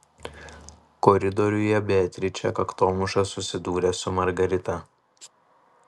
koridoriuje beatričė kaktomuša susidūrė su margarita